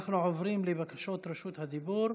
אנחנו עוברים לבקשות רשות הדיבור.